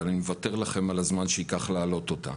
אבל אני מוותר לכם על הזמן שייקח להעלות אותה.